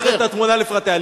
אני מכיר את התמונה לפרטיה.